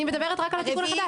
אני מדברת רק על התיקון החדש.